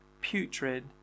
putrid